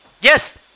yes